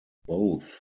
both